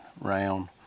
round